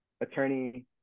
attorney